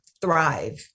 thrive